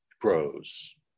grows